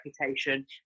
reputation